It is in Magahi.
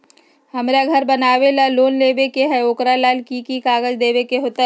हमरा घर बनाबे ला लोन लेबे के है, ओकरा ला कि कि काग़ज देबे के होयत?